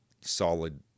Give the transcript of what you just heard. solid